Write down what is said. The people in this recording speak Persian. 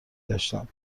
گشتم